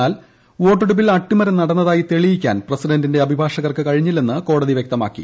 എന്നാൽ വോട്ടെടുപ്പിൽ അട്ടിമറി നടന്നതായി തെളിയിക്കാൻ പ്രസിഡന്റിന്റെ അഭിഭാഷകർക്ക് കഴിഞ്ഞില്ലെന്ന് കോടതി വൃക്തമാക്കി